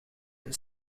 een